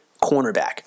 cornerback